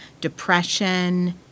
depression